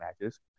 matches